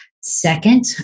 Second